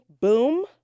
boom